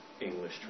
English